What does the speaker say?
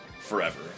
forever